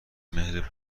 مهر